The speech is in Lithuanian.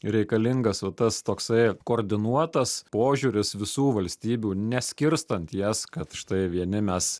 reikalingas va tas toksai koordinuotas požiūris visų valstybių neskirstant jas kad štai vieni mes